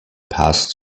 passed